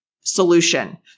solution